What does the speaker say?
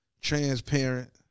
transparent